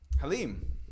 Halim